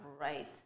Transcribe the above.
right